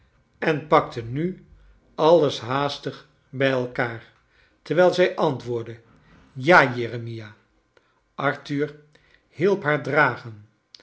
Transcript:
en pakte nu alles haastig bij elkaar terwijl zij antwoordde ja jeremia arthur hielp hnar dragen